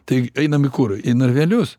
tai einam į kur į narvelius